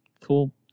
cool